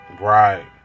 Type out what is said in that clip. Right